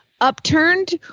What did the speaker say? Upturned